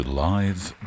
live